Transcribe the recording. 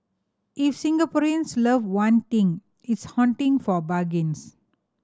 if Singaporeans love one thing it's hunting for bargains